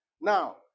Now